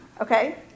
Okay